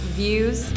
views